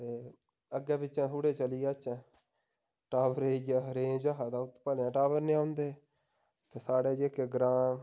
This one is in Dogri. ते अग्गें पिच्छें थोह्ड़े चली जाचै टावरे रेंज हा तां उत्त भलेआं टावर नी औंदे ते साढ़े जेह्के ग्रांऽ